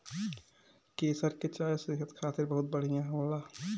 केसर के चाय सेहत खातिर बहुते बढ़िया होला